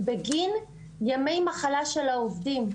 בגין ימי מחלה של העובדים.